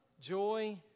joy